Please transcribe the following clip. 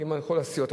כל הסיעות.